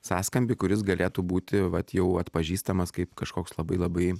sąskambį kuris galėtų būti vat jau atpažįstamas kaip kažkoks labai labai